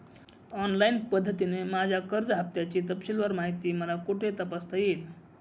Online पद्धतीने माझ्या कर्ज हफ्त्याची तपशीलवार माहिती मला कुठे तपासता येईल?